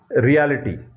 reality